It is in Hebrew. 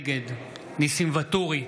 נגד ניסים ואטורי,